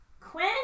Quinn